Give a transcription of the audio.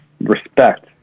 respect